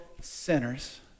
sinners